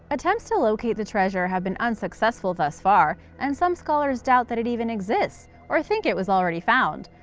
attempts to locate the treasure have been unsuccessful thus far, and some scholars doubt that it even exists or think it was already found.